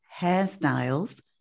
hairstyles